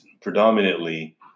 predominantly